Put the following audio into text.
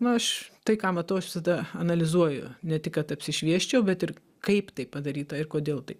na aš tai ką matau aš visada analizuoju ne tik kad apsišviesčiau bet ir kaip tai padaryta ir kodėl tai